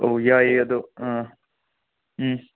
ꯑꯣ ꯌꯥꯏꯌꯦ ꯑꯗꯣ ꯑꯥ ꯎꯝ